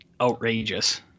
outrageous